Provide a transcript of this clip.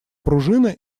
пружина